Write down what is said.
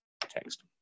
text